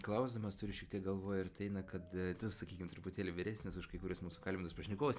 klausdamas turiu šiek tiek galvoj ir tai na kad tu sakykim truputėlį vyresnis už kai kuriuos mūsų kalbintus pašnekovus